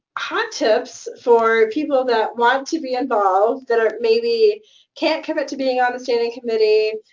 hot tips for people that want to be involved that ah maybe can't commit to being on the standing committee,